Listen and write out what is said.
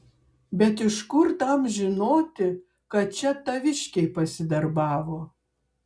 bet iš kur tam žinoti kad čia taviškiai pasidarbavo